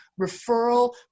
referral